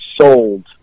sold